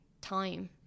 time